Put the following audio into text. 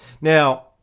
Now